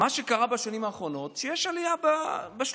מה שקרה בשנים האחרונות, שיש עלייה בשלבים.